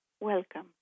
Welcome